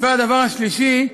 והדבר השלישי,